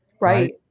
Right